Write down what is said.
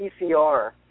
PCR